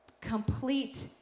complete